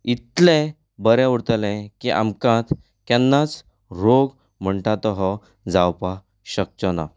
इतलें बरें उरतलें की आमकां केन्नाच रोग म्हणटा तो जावपा शकचो ना